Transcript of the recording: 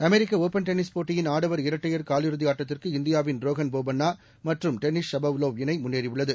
அமெரிக்கலபள் tennis போட்டியின் ஆடவர் இரட்டையர் காலிறதிஆட்டத்திற்கு இந்தியாவின் ரோஹன் போபண்ணாமற்றும் டென்னிஸ் ஷபவ்வோவ் இணைமுன்னேறியுள்ளது